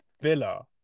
Villa